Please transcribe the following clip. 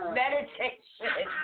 meditation